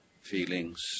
feelings